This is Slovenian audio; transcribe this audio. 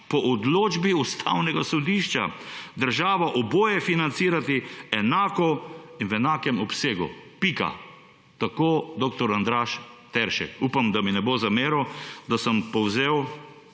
po odločbi Ustavnega sodišča država oboje financirati enako in v enakem obsegu. Pika. Tako dr. Andraž Teršek. Upam, da mi ne bo zameril, da sem na